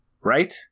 Right